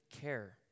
care